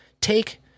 take